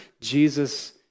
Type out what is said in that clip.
Jesus